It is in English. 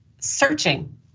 searching